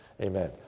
Amen